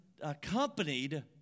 accompanied